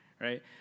right